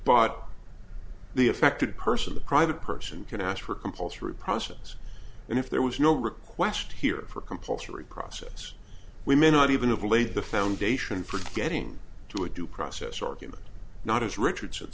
but the affected person the private person can ask for compulsory process and if there was no request here for compulsory process we may not even of laid the foundation for getting to a due process argument not as richardson